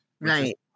Right